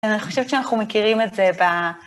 אני חושבת שאנחנו מכירים את זה ב...